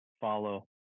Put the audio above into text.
follow